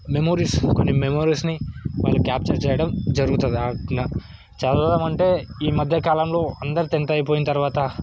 memories కొన్ని మెమోరీస్ని వాళ్ళు క్యాప్చర్ చేయడం జరుగుతుంది అట్లా చదవడం అంటే ఈ మధ్య కాలంలో అందరూ టెన్త్ అయిపోయిన తర్వాత